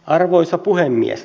arvoisa puhemies